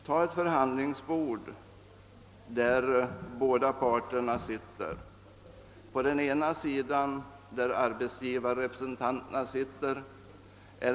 Vid ett förhandlingsbord sitter arbetsgivarerepresentanterna på den ena sidan.